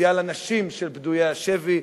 שסייעה לנשים של פדויי השבי,